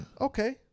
Okay